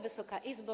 Wysoka Izbo!